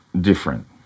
different